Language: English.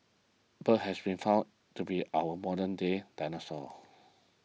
birds has been found to be our modernday dinosaurs